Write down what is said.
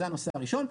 זה הנושא הראשון.